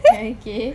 okay